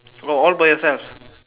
all all by yourselves